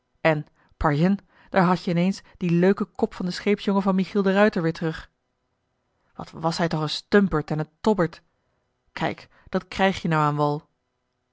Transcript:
en parjen daar had-je ineens dien leuken kop van d'n scheepsjongen van michiel de ruijter weer terug wat was hij toch een stumperd en een tobberd kijk dat krijg je nou aan wal